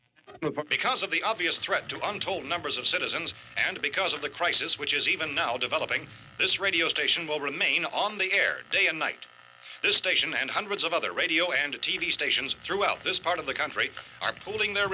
my because of the obvious threat to untold numbers of citizens and because of the crisis which is even now developing this radio station will remain on the air day and night the station and hundreds of other radio and t v stations throughout this part of the country are pooling their